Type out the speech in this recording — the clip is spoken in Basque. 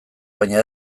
baina